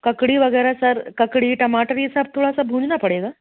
ककड़ी वग़ैरह सर ककड़ी टमाटर ये सब थोड़ा सा भूँजना पड़ेगा